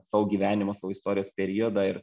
savo gyvenimo savo istorijos periodą ir